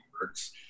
works